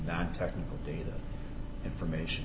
not technical data information